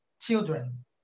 children